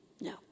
no